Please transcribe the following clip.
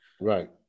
Right